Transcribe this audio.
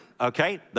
okay